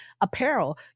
apparel